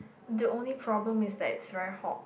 the only problem is that it's very hot